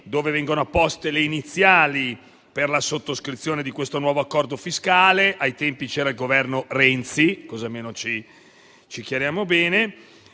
vengono poste le basi per la sottoscrizione di questo nuovo accordo fiscale: ai tempi c'era il Governo Renzi, così almeno ci chiariamo bene.